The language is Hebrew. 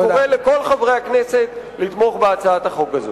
אני קורא לכל חברי הכנסת לתמוך בהצעת החוק הזאת.